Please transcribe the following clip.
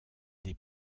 des